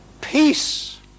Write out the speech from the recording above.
peace